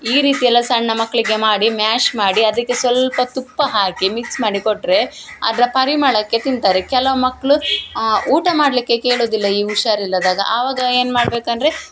ಈ ರೀತಿ ಎಲ್ಲ ಸಣ್ಣ ಮಕ್ಕಳಿಗೆ ಮಾಡಿ ಮ್ಯಾಶ್ ಮಾಡಿ ಅದಕ್ಕೆ ಸ್ವಲ್ಪ ತುಪ್ಪ ಹಾಕಿ ಮಿಕ್ಸ್ ಮಾಡಿ ಕೊಟ್ಟರೆ ಅದರ ಪರಿಮಳಕ್ಕೆ ತಿಂತಾರೆ ಕೆಲವು ಮಕ್ಕಳು ಊಟ ಮಾಡಲಿಕ್ಕೆ ಕೇಳುವುದಿಲ್ಲ ಈ ಹುಷಾರಿಲ್ಲದಾಗ ಅವಾಗ ಏನು ಮಾಡಬೇಕಂದ್ರೆ